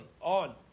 on